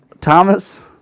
Thomas